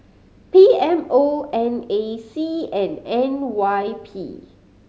P M O N A C and N Y P